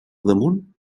damunt